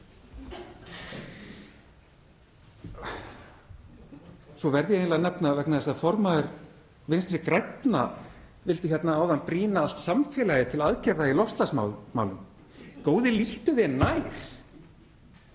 Svo verð ég að segja, vegna þess að formaður Vinstri grænna vildi hér áðan brýna allt samfélagið til aðgerða í loftslagsmálum: Góði, líttu þér nær.